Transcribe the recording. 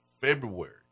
February